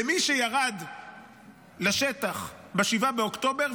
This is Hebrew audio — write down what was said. מי שירד לשטח ב-7 באוקטובר,